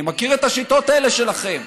אני מכיר את השיטות האלה שלכם.